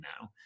now